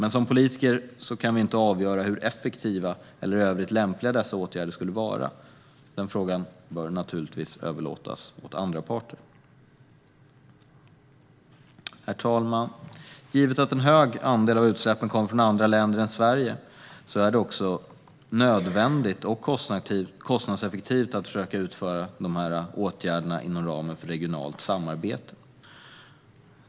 Som politiker kan vi dock inte avgöra hur effektiva eller i övrigt lämpliga dessa åtgärder skulle vara; den frågan bör naturligtvis överlåtas åt andra parter. Herr talman! Givet att en hög andel av utsläppen kommer från andra länder än Sverige är det också nödvändigt och kostnadseffektivt att försöka vidta dessa åtgärder inom ramen för regionalt samarbete.